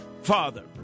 Father